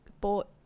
bought